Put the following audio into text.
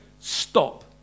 stop